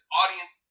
audience